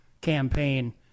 campaign